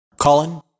Colin